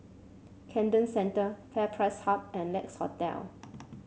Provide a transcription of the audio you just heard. Camden Centre FairPrice Hub and Lex Hotel